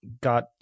got